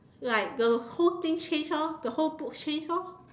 like the whole thing change lor the whole book change lor